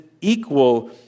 equal